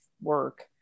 work